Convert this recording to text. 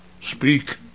Speak